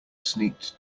sneaked